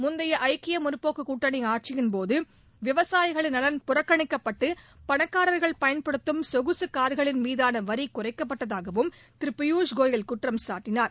முந்தைய ஐக்கிய முற்போக்குக் நலன் புறக்கணிக்கப்பட்டு பணக்காரர்கள் பயன்படுத்தும் சொகுசு கார்களின் மீதான வரி குறைக்கப்பட்டதாகவும் திரு பியூஷ் கோயல் குற்றம்சாட்டினார்